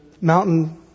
mountain